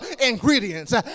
ingredients